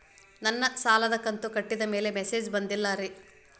sir ನನ್ನ ಸಾಲದ ಕಂತು ಕಟ್ಟಿದಮೇಲೆ ಮೆಸೇಜ್ ಬಂದಿಲ್ಲ ರೇ